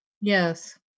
Yes